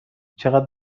چقدر